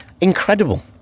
incredible